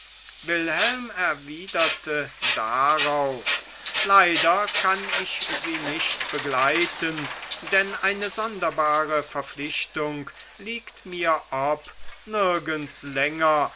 wilhelm erwiderte darauf leider kann ich sie nicht begleiten denn eine sonderbare verpflichtung liegt mir ob nirgends länger